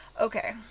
okay